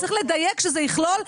צריך לדייק שזה יכלול,